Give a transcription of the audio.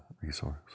resource